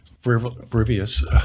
frivolous